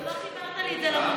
אז לא חיברת לי את זה למוניות.